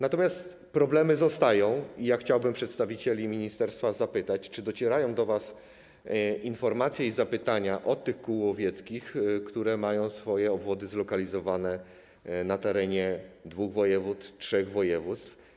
Natomiast problemy zostają i chciałbym przedstawicieli ministerstwa zapytać, czy docierają do was informacje i zapytania od tych kół łowieckich, które mają obwody zlokalizowane na terenie dwóch województw, trzech województw.